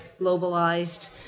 globalized